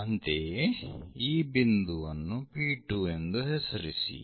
ಅಂತೆಯೇ ಈ ಬಿಂದುವನ್ನು P2 ಎಂದು ಹೆಸರಿಸಿ